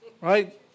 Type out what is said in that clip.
right